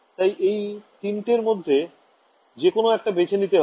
তাই এই তিনটের মধ্যে যেকোনো একটা বেছে নিতে হবে